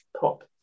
pop